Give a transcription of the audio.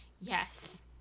Yes